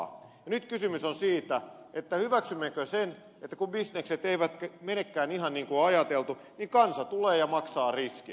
ja nyt kysymys on siitä hyväksymmekö sen että kun bisnekset eivät menekään ihan niin kuin on ajateltu niin kansa tulee ja maksaa riskit